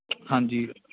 ਹਾਂਜੀ